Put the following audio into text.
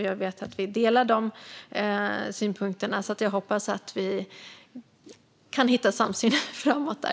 Jag vet att vi delar de synpunkterna, så jag hoppas att vi kan hitta en samsyn framåt där.